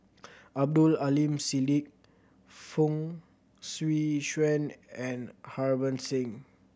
Abdul Aleem Siddique Fong Swee Suan and Harbans Singh